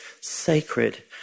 sacred